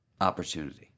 Opportunity